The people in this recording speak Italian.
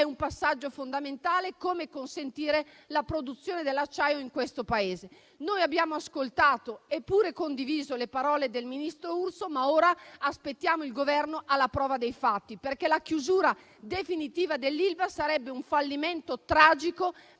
un passaggio fondamentale, come consentire la produzione dell'acciaio in questo Paese. Abbiamo ascoltato e pure condiviso le parole del ministro Urso, ma ora aspettiamo il Governo alla prova dei fatti, perché la chiusura definitiva dell'Ilva sarebbe un fallimento tragico